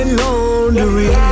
laundry